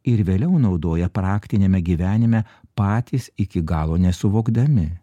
ir vėliau naudoja praktiniame gyvenime patys iki galo nesuvokdami